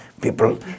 People